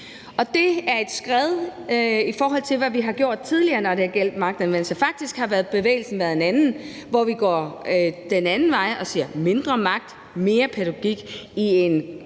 Det er et skred, i forhold til hvad vi har gjort tidligere, når det har gjaldt magtanvendelse. Faktisk har bevægelsen gået den anden vej, hvor vi har sagt: mindre magt, mere pædagogik. Og det er